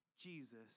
Jesus